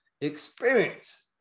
experience